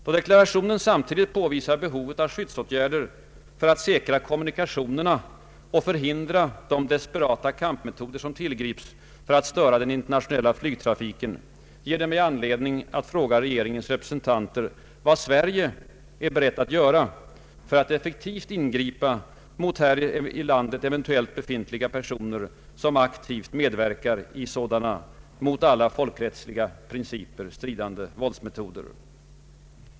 Då deklarationen samtidigt påvisar behovet av skyddsåtgärder för att säkra kommuni kationerna och förhindra de desperata kampmetoder som tillgrips för att störa den internationella flygtrafiken, ger det mig anledning att fråga regeringens representanter, vad Sverige är berett att göra för att effektivt ingripa mot här i landet eventuellt befintliga personer, som aktivt medverkat i sådana mot alla folkrättsliga principer stridande våldsåtgärder. Herr talman!